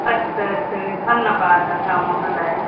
अस्तु अस्तु धन्यवादः महोदय